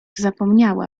zapomniała